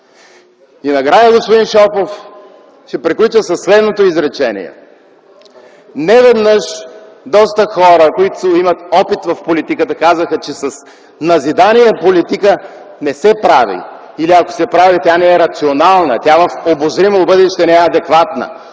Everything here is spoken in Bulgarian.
И накрая, господин Шопов, ще приключа със следното изречение. Не веднъж доста хора, които имат опит в политиката, казаха, че с назидание политика не се прави или ако се прави, тя не е рационална, тя в обозримо бъдеще не е адекватна.